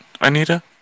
Anita